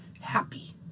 happy